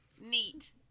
Neat